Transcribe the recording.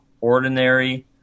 ordinary